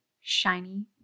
shiny